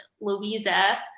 Louisa